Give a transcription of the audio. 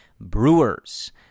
Brewers